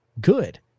good